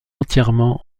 entièrement